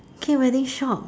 k wedding shop